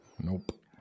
Nope